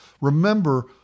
remember